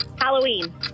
Halloween